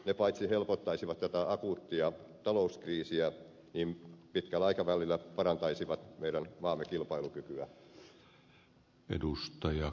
ne paitsi helpottaisivat tätä akuuttia talouskriisiä myös pitkällä aikavälillä parantaisivat meidän maamme kilpailukykyä